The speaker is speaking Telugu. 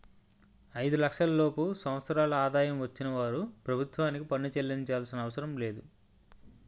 ఐదు లక్షల లోపు సంవత్సరాల ఆదాయం వచ్చిన వారు ప్రభుత్వానికి పన్ను చెల్లించాల్సిన పనిలేదు